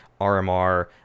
RMR